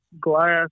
glass